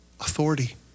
Authority